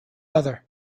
other